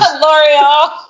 L'Oreal